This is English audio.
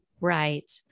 right